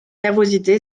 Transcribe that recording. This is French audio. nervosité